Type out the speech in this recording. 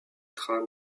trains